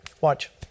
Watch